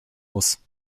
muss